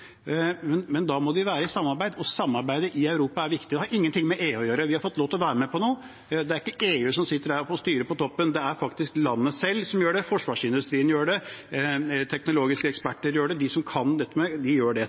men da må de være i et samarbeid, og samarbeid i Europa er viktig. Det har ingenting med EU å gjøre. Vi har fått lov til å være med på noe. Det er ikke EU som sitter på toppen og styrer; det er faktisk landene selv som gjør det, forsvarsindustrien gjør det, teknologiske eksperter gjør det – de som kan det, gjør dette. Det